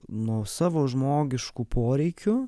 nuo savo žmogiškų poreikių